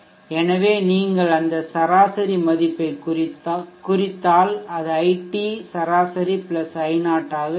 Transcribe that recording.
எனவே நீங்கள் அந்த சராசரி மதிப்பைக் குறித்தால் அது iT சராசரி i0 ஆக இருக்கும்